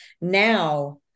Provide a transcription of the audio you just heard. Now